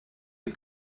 you